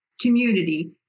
community